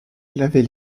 l’avait